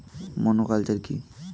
Monoculture কি?